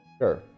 Sure